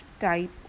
type